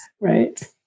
Right